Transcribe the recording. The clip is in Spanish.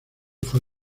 fue